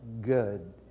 good